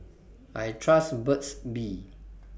I Trust Burt's Bee